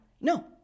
No